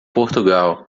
portugal